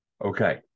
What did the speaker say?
Okay